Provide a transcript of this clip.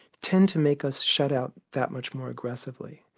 tend to make us shut out that much more aggressively.